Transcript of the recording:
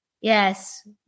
Yes